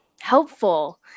helpful